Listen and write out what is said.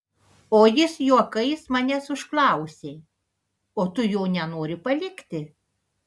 o jis juokais manęs užklausė o tu jo nenori palikti